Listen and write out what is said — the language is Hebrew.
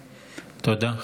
תודה.